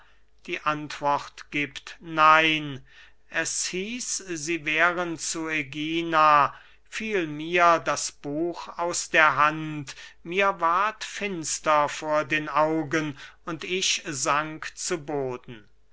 die antwort giebt nein es hieß sie wären zu ägina fiel mir das buch aus der hand mir ward finster vor den augen und ich sank zu boden